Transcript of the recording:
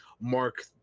mark